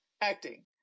acting